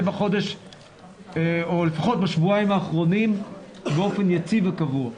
זה בחודש או לפחות בשבועיים האחרונים באופן יציב וקבוע.